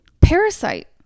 Parasite